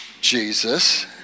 Jesus